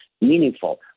meaningful